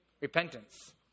repentance